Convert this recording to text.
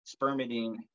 spermidine